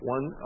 One